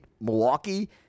Milwaukee